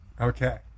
Okay